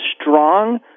strong